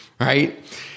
Right